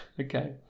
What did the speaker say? Okay